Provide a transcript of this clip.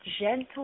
gentle